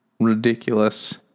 ridiculous